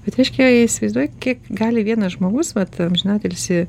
bet reiškia įsivaizduoji kiek gali vienas žmogus vat amžinatilsį